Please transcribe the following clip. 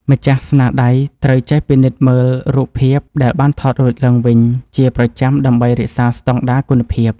ម្ចាស់ស្នាដៃត្រូវចេះពិនិត្យមើលរូបភាពដែលបានថតរួចឡើងវិញជាប្រចាំដើម្បីរក្សាស្តង់ដារគុណភាព។